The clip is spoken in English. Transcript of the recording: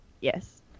Yes